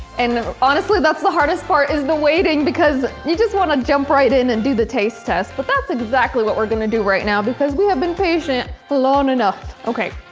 and honestly that's the hardest part is the waiting because you just want to jump right in and do the taste test. but that's exactly what we're going to do right now because we have been patient for long enough. okay,